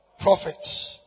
prophets